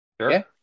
Sure